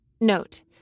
Note